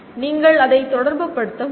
நீங்கள் அதை தொடர்புபடுத்த முடியும்